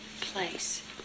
place